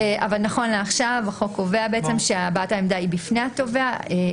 נכון לעכשיו החוק קובע שהבעת העמדה היא בפני התובע.